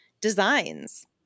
designs